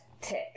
tick